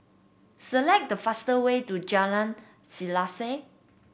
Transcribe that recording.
select the faster way to Jalan Selaseh